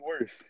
worse